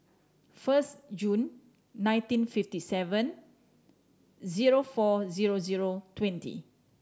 first June nineteen fifty seven zero four zero zero twenty